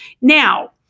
Now